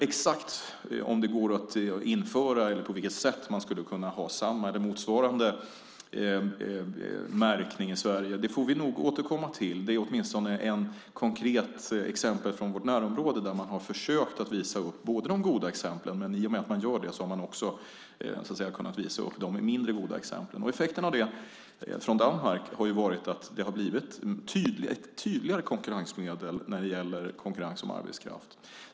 Exakt om det går att införa eller på vilket sätt vi skulle ha samma eller motsvarande märkning i Sverige får vi återkomma till. Det är åtminstone ett konkret exempel från vårt närområde där man har försökt att visa upp de goda exemplen, men i och med att man har gjort det har man också visat upp de mindre goda exemplen. Effekten från Danmark har varit att det har blivit ett tydligare konkurrensmedel i frågan om konkurrensen om arbetskraften.